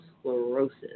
sclerosis